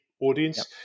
audience